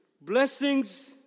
Blessings